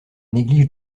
néglige